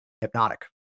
hypnotic